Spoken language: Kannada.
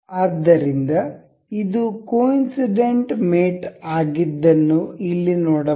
ಆದ್ದರಿಂದ ಇದು ಕೊಇನ್ಸಿಡೆಂಟ್ ಮೇಟ್ ಆಗಿದ್ದನ್ನು ಇಲ್ಲಿ ನೋಡಬಹುದು